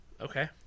okay